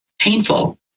Painful